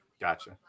Gotcha